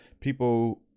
people